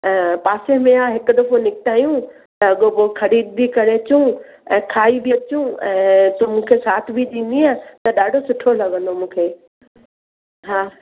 पासे में आहे हिकु दफ़ो निकिता आहियूं त अॻोपो खरीद बि करे अचूं ऐं खाई बि अचूं ऐं तूं मूंखे साथ बि ॾींदीए त ॾाढो सुठो लॻंदो मूंखे हा